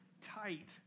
tight